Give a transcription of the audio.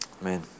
Amen